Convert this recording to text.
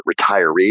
retirees